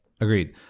Agreed